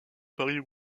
paris